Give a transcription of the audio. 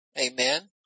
Amen